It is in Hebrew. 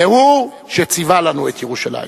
והוא שציווה לנו את ירושלים.